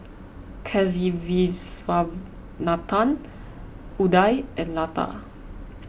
Kasiviswanathan Udai and Lata